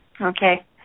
Okay